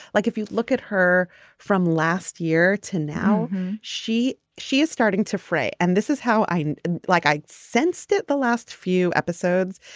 like if you look at her from last year to now she she is starting to fray and this is how i like i sensed it the last few episodes.